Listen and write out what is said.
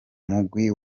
mugwi